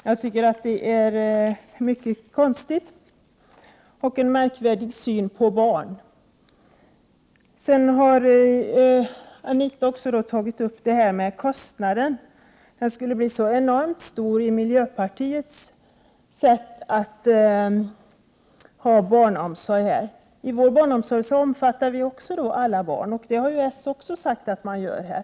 Jag tycker att det är mycket konstigt och att det visar på en märklig syn på barn. Anita Persson har även tagit upp frågan om kostnaden. Den skulle bli så enormt stor enligt miljöpartiets sätt att bedriva barnomsorg. Vår barnomsorg omfattar alla barn. Det har socialdemokraterna också sagt att deras barnomsorg gör.